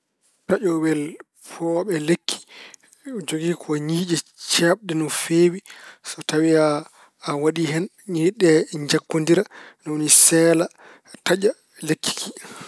Taƴowel pooɓe lekki jogii ko ñiiƴe ceeɓɗe no feewi. So tawi a waɗi hen ñiiƴe ɗe njaggondira ni woni seela, taƴa lekki ki.